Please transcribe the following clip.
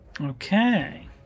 Okay